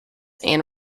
and